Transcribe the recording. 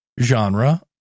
genre